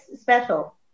special